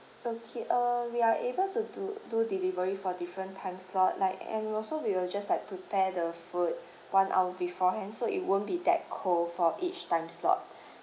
okay uh we are able to do do delivery for different time slot like and also we will just like prepare the food one hour beforehand so it won't be that cold for each time slot